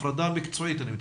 הפרדה מקצועית אני מתכוון.